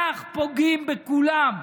כך פוגעים בכולם,